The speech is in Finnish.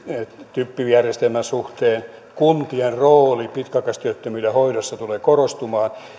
typ järjestelmän suhteen ja kuntien rooli pitkäaikaistyöttömyyden hoidossa tulee korostumaan